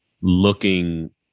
Looking